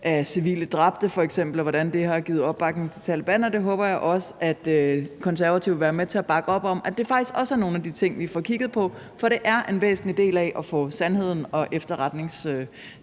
af civile dræbte, og hvordan det har givet opbakning til Taleban. Det håber jeg også Konservative vil være med til at bakke op om faktisk er nogle af de ting, vi får kigget på, for det er en væsentlig del af at få sandheden og efterretningsniveauet